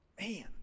Man